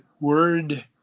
word